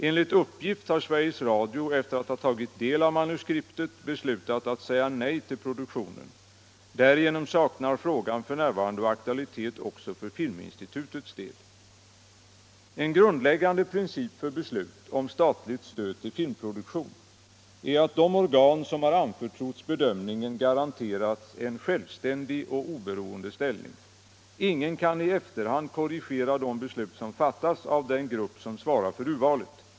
Enligt uppgift har Sveriges Radio efter att ha tagit del av manuskriptet beslutat att säga nej till produktionen. Därigenom saknar frågan f. n. aktualitet också för Filminstitutets del. En grundläggande princip för beslut om statligt stöd till filmproduktion är att de organ som har anförtrotts bedömningen garanterats en självständig och oberoende ställning. Ingen kan i efterhand korrigera de beslut som fattas av den grupp som svarar för urvalet.